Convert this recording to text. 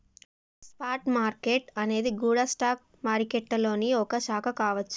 spot market అనేది గూడా stock మారికెట్టులోనే ఒక శాఖ కావచ్చు